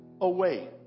away